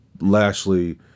Lashley